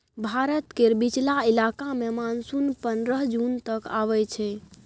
भारत केर बीचला इलाका मे मानसून पनरह जून तक आइब जाइ छै